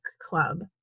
club